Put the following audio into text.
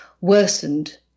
worsened